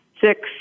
six